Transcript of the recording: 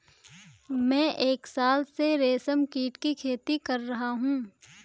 मैं एक साल से रेशमकीट की खेती कर रहा हूँ